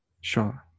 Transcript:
Sure